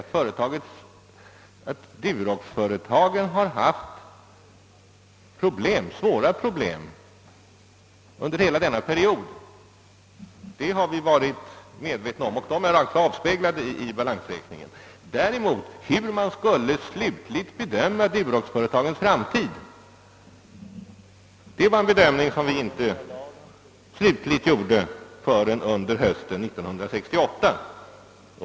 Att Duroxföretagen har haft svåra problem under hela denna period har vi varit medvetna om och det avspeglas också i balansräkningen. Det andra problemet var däremot hur man slutgiltigt skulle bedöma Duroxföretagens framtid, och denna bedömning gjordes inte definitivt förrän hösten 1968.